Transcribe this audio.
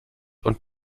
und